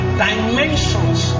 dimensions